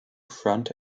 front